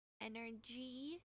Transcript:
Energy